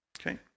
Okay